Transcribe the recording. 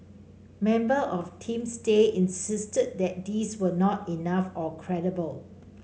member of Team Stay insisted that these were not enough or credible